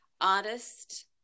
artist